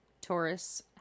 Taurus